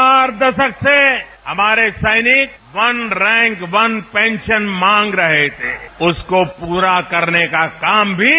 चार दशक से हमारे सैनिक वन रैंक वन पेंशन मांग रहे थे उसको पूरा करने का काम भी